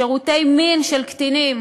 שירותי מין של קטינים,